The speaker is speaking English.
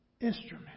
instrument